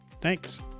Thanks